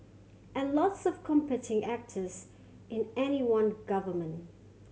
and lots of competing actors in any one government